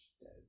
dead